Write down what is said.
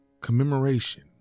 commemoration